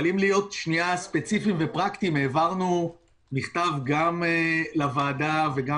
אבל אם להיות ספציפיים ופרקטיים - העברנו מכתב גם לוועדה וגם